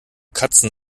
katzen